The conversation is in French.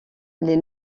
des